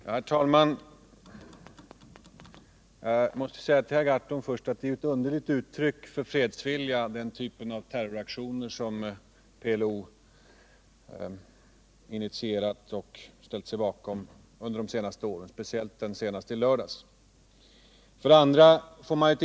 Herr talman! Jag måste först säga till herr Gahrton att den typ av terroraktioner som PLO initierat och ställt sig bakom under de sista åren, speciellt den senaste som utspelades i lördags, är underliga uttryck för fredsvilja.